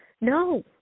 no